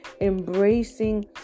embracing